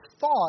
thought